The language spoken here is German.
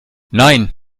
nein